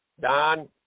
Don